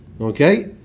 Okay